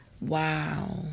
Wow